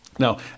Now